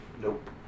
Nope